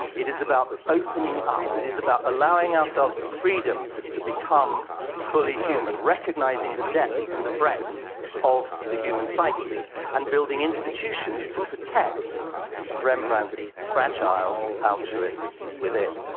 it is about opening up. it is about allowing ourselves the freedom to become fully human, recognizing the depth and the breadth of the human psyche and building institutions to protect rembrandt's fragile altruist within.